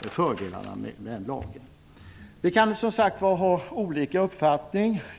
fördelarna med denna lag. Vi kan som sagt var ha litet olika uppfattning om detta.